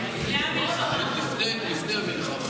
לפני המלחמה.